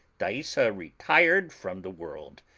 thaisa retired from the world,